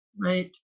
Right